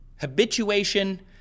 habituation